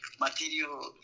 material